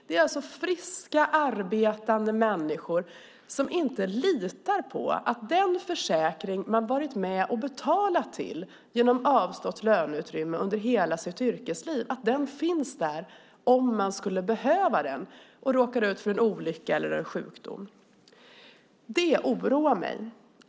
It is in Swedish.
Det är alltså friska, arbetande människor som inte litar på att den försäkring de varit med och betalat till genom avstått löneutrymme under hela sitt yrkesliv också finns där om de skulle behöva den och råkar ut för en olycka eller en sjukdom. Det oroar mig.